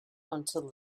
until